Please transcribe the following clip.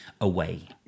away